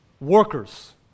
workers